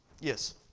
Yes